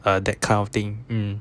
ah that kind of thing